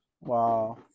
wow